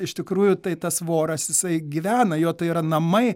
iš tikrųjų tai tas voras jisai gyvena jo tai yra namai